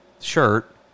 shirt